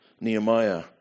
Nehemiah